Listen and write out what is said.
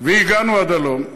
והגענו עד הלום.